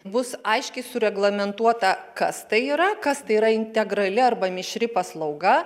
bus aiškiai sureglamentuota kas tai yra kas tai yra integrali arba mišri paslauga